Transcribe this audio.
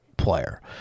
Player